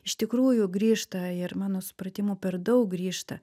iš tikrųjų grįžta ir mano supratimu per daug grįžta